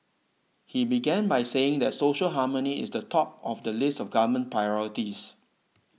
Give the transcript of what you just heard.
he began by saying that social harmony is the top of the list of government priorities